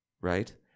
right